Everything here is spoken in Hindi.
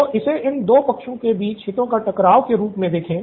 तो इसे इन 2 पक्षों के बीच हितों के टकराव के रूप में देखें